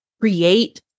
create